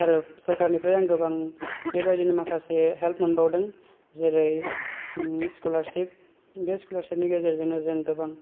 आरो सरकारनिफ्राय आं गोबां बे बायदिनो माखासे हेल्प मोनबावदों जेरै स्किलारसिप बे स्किलारसिपनि गेजेरजोंनो जों गोबां